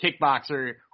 kickboxer